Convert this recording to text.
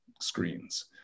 screens